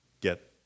get